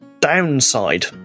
downside